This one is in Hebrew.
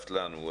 הוספת לנו.